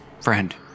friend